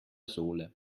sohle